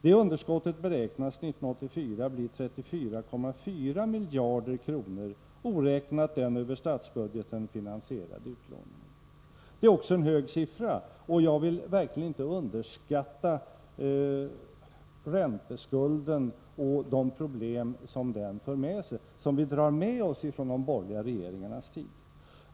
Det underskottet beräknas 1984 bli 34,4 miljarder kronor, oräknat den över statsbudgeten finansierade upplåningen. Det är också en hög siffra. Jag vill verkligen inte underskatta ränteskulden eller de problem som den för med sig och som vi drar med oss ifrån de borgerliga regeringarnas tid.